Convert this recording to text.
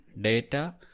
data